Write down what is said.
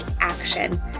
action